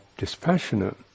Dispassionate